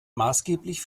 maßgeblich